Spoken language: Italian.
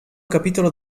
capitolo